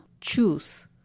choose